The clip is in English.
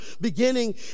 beginning